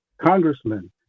congressmen